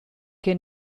que